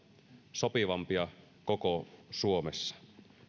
sopivampia koko suomessa